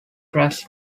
tracks